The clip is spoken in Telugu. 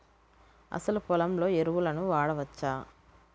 అసలు పొలంలో ఎరువులను వాడవచ్చా?